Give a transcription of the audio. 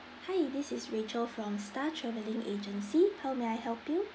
hi this is rachel from star travelling agency how may I help you